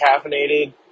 caffeinated